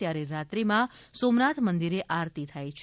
ત્યારે રાત્રીમાં સોમનાથ મંદિરે આરતી થાય છે